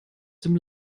dem